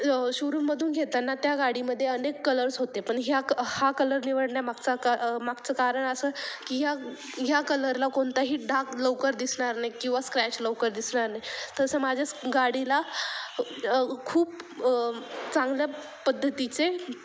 शोरूमधून घेताना त्या गाडीमध्ये अनेक कलर्स होते पण ह्या क हा कलर निवडण्या मागचा का मागचं कारण असं की ह्या ह्या कलरला कोणताही डाग लवकर दिसणार नाही किंवा स्क्रॅच लवकर दिसणार नाही तसं माझ्याच गाडीला खूप चांगल्या पद्धतीचे